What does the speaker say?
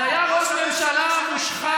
אז היה ראש ממשלה מושחת,